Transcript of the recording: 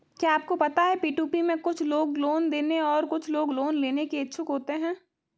क्या आपको पता है पी.टू.पी में कुछ लोग लोन देने और कुछ लोग लोन लेने के इच्छुक होते हैं?